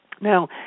Now